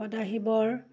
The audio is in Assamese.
সদা শিৱৰ